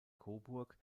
coburg